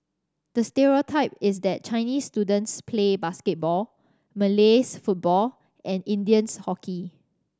the stereotype is that Chinese students play basketball Malays football and Indians hockey